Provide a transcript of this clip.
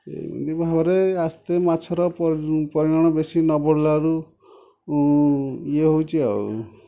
ଭାବରେ ଆସ୍ତେ ମାଛର ପରିମାଣ ବେଶୀ ନ ବଢ଼ିଲାରୁ ଇଏ ହେଉଛି ଆଉ